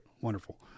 Wonderful